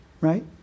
Right